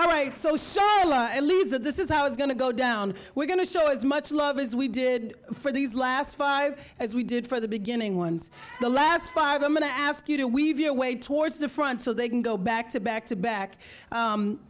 all right so some loser this is how it's going to go down we're going to show as much love as we did for these last five as we did for the beginning ones the last five i'm going to ask you to weave your way towards the front so they can go back to back to back